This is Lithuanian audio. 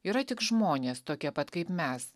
yra tik žmonės tokie pat kaip mes